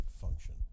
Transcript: function